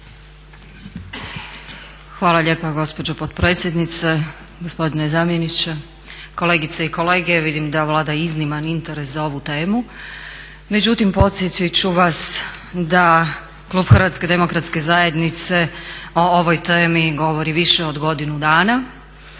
Hvala lijepa gospođo potpredsjednice, gospodine zamjeniče, kolegice i kolege. Vidim da vlada izniman interes za ovu temu. Međutim, podsjetit ću vas da klub Hrvatske demokratske zajednice o ovoj temi govori više od godinu dana